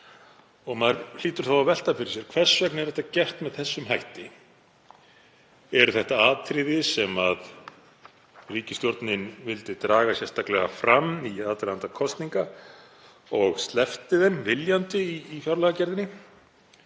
og maður hlýtur að velta fyrir sér: Hvers vegna er þetta gert með þessum hætti? Eru þetta atriði sem ríkisstjórnin vildi draga sérstaklega fram í aðdraganda kosninga og sleppti þeim viljandi í fjárlagagerðinni